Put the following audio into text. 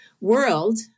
world